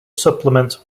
supplement